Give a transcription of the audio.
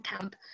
camp